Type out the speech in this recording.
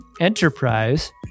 Enterprise